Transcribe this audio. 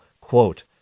Quote